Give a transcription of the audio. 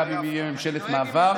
גם אם תהיה ממשלת מעבר,